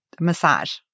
massage